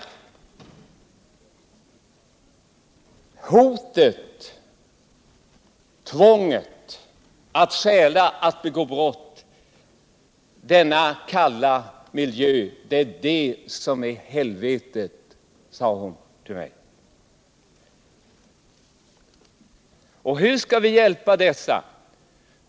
Hot, tvång, stöld och andra brott, denna kalla miljö — det är det som är helvetet, sade hon till mig. Hur skall vi hjälpa dessa?